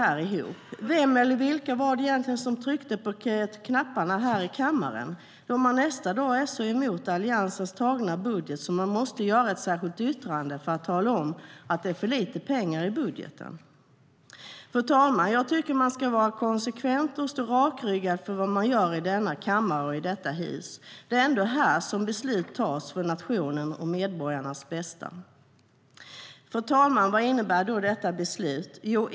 Jag undrar vem eller vilka det var som egentligen tryckte på knapparna i kammaren eftersom man nästa dag är så emot Alliansens antagna budget att man måste skriva ett särskilt yttrande och tala om att det är för lite pengar i budgeten. Fru talman! Vad innebär då detta beslut?